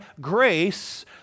grace